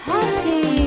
Happy